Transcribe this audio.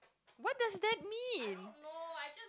what does that means